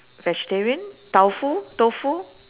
vegetarian tau fu tofu